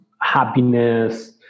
happiness